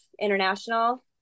international